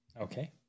Okay